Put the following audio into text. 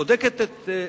בודקת את,